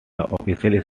official